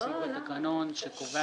הוא סעיף בתקנון שקובע